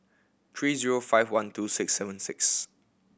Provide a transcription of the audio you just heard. three zero five one two six seven six